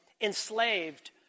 enslaved